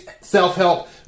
self-help